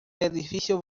edificio